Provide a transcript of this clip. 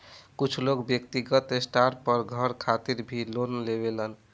कुछ लोग व्यक्तिगत स्टार पर घर खातिर भी लोन लेवेलन